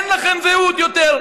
אין לכם זהות יותר.